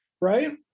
Right